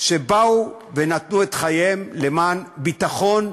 שבאו ונתנו את חייהם למען ביטחון,